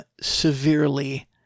severely